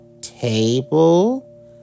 table